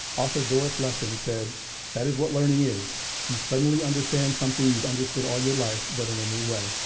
author doris lessing said that is what learning is. you suddenly understand something you've understood all your life but in a new way.